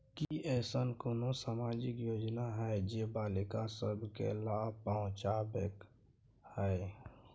की ऐसन कोनो सामाजिक योजना हय जे बालिका सब के लाभ पहुँचाबय हय?